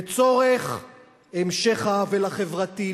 לצורך המשך העוול החברתי,